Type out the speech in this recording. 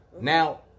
Now